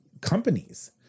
companies